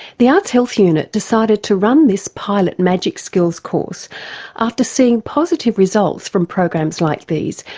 the arts health unit decided to run this pilot magic skills course after seeing positive results from programs like these,